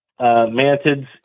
mantids